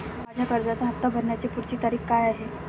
माझ्या कर्जाचा हफ्ता भरण्याची पुढची तारीख काय आहे?